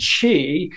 Chi